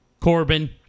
Corbin